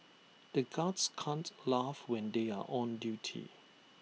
the guards can't laugh when they are on duty